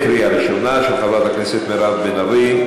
של חברת הכנסת מירב בן ארי,